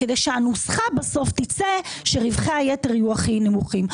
כדי שהנוסחה בסוף תצא שרווחי היתר יהיו הכי נמוכים.